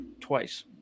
twice